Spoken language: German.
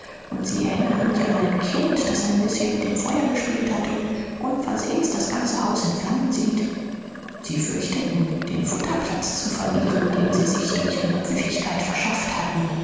und sie erinnerten mich an ein kind das ein bißchen mit dem feuer gespielt hat und unversehens das ganze haus in flammen sieht sie fürchteten den futterplatz zu verlieren den sie sich durch ihre pfiffigkeit verschafft hatten